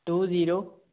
two zero